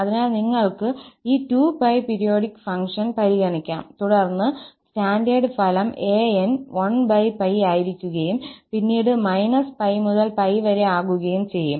അതിനാൽ നിങ്ങൾക്ക് ഈ 2𝜋 പീരിയോഡിക് ഫംഗ്ഷൻ പരിഗണിക്കാം തുടർന്ന് സ്റ്റാൻഡേർഡ് ഫലം 𝑎𝑛 1𝜋ആയിരിക്കുകയും പിന്നീട് 𝜋 മുതൽ 𝜋 വരെ ആകുകയും ചെയ്യും